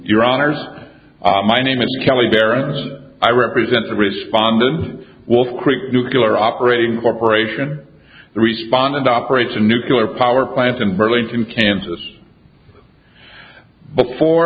your honor's my name is kelly baron i represent the respondent wolf creek nucular operating corporation the responded operates a nuclear power plant in burlington kansas before